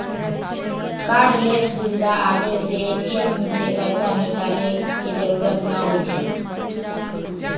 cardless सुविधा आबे से ए.टी.एम से पैसा निकाले के जरूरत न होई छई